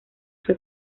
fue